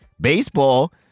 Baseball